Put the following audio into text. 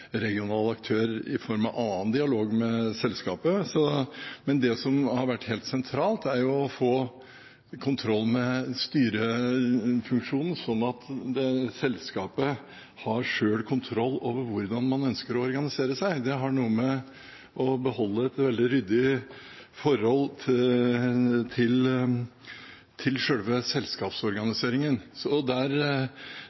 i form av annen dialog med selskapet. Det som har vært helt sentralt, er å få kontroll med styrefunksjonen, sånn at selskapet selv har kontroll over hvordan man ønsker å organisere seg. Det har noe med å beholde et veldig ryddig forhold til